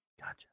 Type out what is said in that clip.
gotcha